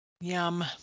Yum